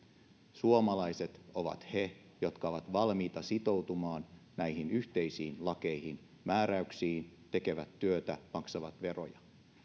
suomalaiset ovat he jotka ovat valmiita sitoutumaan näihin yhteisiin lakeihin ja määräyksiin tekevät työtä maksavat veroja ja